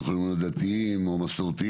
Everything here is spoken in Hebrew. הם יכולים להיות דתיים או מסורתיים.